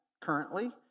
Currently